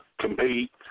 compete